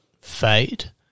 fade